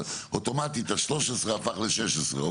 אוטומטית ה-13 הפך ל-16.